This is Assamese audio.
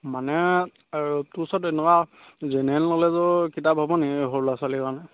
মানে আৰু তোৰ ওচৰত এনেকুৱা জেনেৰেল নলেজৰ কিতাপ হ'ব নেকি এই সৰু ল'ৰা ছোৱালীৰ কাৰণে